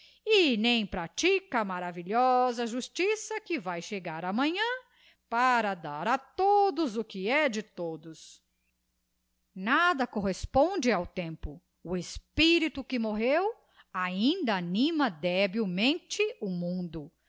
e nem pratica a maravilhosa justiça que vae chegar amanhã para dar a todos o que é de todos nada corresponde ao tempo o espirito que morreu ainda anima debil mente o mundo